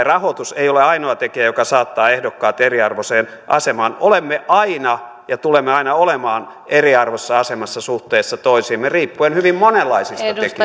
rahoitus ei ole ainoa tekijä joka saattaa ehdokkaat eriarvoiseen asemaan olemme aina ja tulemme aina olemaan eriarvoisessa asemassa suhteessa toisiimme riippuen hyvin monenlaisista tekijöistä